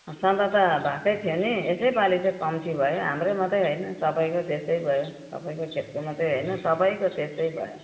सधैँ त भएकै थियो नि यसैपालि चाहिँ कम्ती भयो हाम्रो मात्रै होइन सबैकै त्यस्तै भयो तपाईँको खेतको मात्रै होइन सबैको त्यस्तै भयो